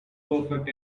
perfect